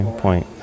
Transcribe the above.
point